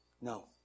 No